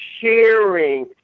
sharing